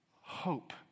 hope